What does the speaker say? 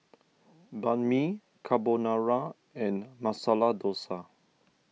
Banh Mi Carbonara and Masala Dosa